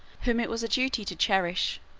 whom it was a duty to cherish,